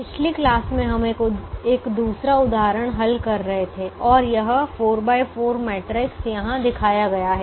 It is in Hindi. पिछली क्लास में हम एक दूसरा उदाहरण हल कर रहे थे और यह मैट्रिक्स यहाँ दिखाया गया है